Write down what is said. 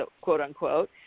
quote-unquote